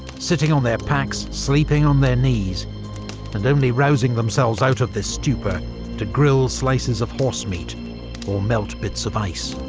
sitting on their packs, sleeping on their knees and only rousing themselves out of this stupor to grill slices of horsemeat or melt bits of ice'.